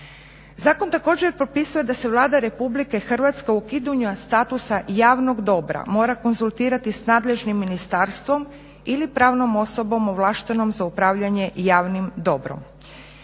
Zakon također propisuje da se Vlada Republike Hrvatske o ukidanja statusa javnog dobra mora konzultirati sa nadležnim ministarstvom ili pravnom osobom ovlaštenom za upravljanje javnim dobrom.